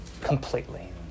completely